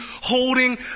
holding